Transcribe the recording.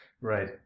Right